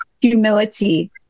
humility